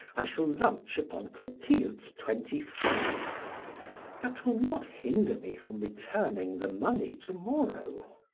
i shall lunch upon clotilde's twenty francs that will not hinder me from returning the money to-morrow.